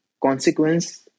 consequence